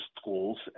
schools